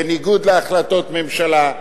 בניגוד להחלטות ממשלה,